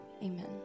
Amen